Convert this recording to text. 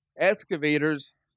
Excavators